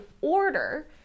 order